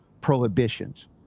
prohibitions